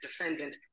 defendant